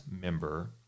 member